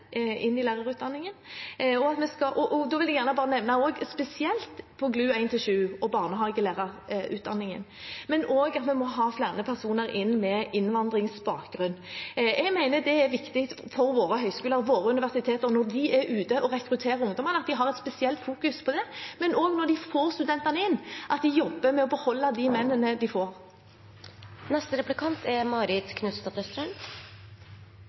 inn i lærerutdanningen – og da vil jeg gjerne nevne spesielt GLU 1–7 og barnehagelærerutdanningen – men også at vi må ha inn flere personer med innvandrerbakgrunn. Jeg mener det er viktig at våre høyskoler og universiteter når de er ute og rekrutterer ungdommene, fokuserer spesielt på det, men også at de, når de får studentene inn, jobber med å beholde de mennene de